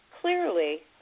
clearly